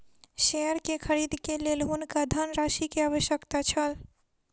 share के खरीद के लेल हुनका धनराशि के आवश्यकता छल